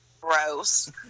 gross